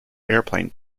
airplane